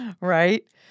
right